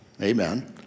Amen